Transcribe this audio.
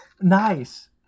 Nice